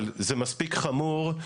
אבל זה מספיק חמור.